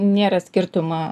nėra skirtumo